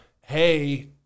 hey